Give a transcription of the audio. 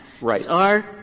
Right